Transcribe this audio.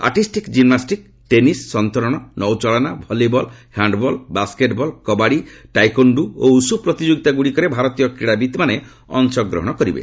artistic gymnastic tennis ସନ୍ତରଣ ନୌଚାଳନା volleyball handball basketball kabaddi ଟାଇକୋଶ୍ଚୁ ଓ ଉସୁ ପ୍ରତିଯୋଗିତାଗୁଡ଼ିକରେ ଭାରତୀୟ କ୍ରୀଡ଼ାବିତ୍ମାନେ ଅଂଶଗ୍ରହଣ କରିବେ